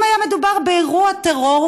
אם היה מדובר באירוע טרור,